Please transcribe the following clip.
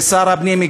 שר הפנים,